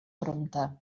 prompte